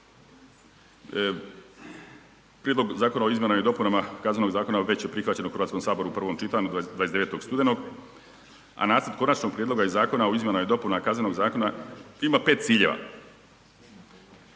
Prijedlog Zakona o izmjenama i dopunama Kaznenog zakona već je prihvaćen u Hrvatskom saboru u pravom čitanju 29. studenog, a nacrt Konačnog prijedloga Zakona o izmjenama i dopunama Kaznenog zakona ima pet ciljeva.